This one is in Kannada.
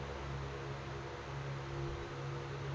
ಕೇಟಗಳ ಬಂದ್ರ ಏನ್ ಮಾಡ್ಬೇಕ್?